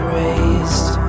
raised